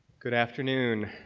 good afternoon.